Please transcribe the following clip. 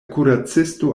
kuracisto